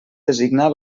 designar